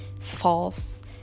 false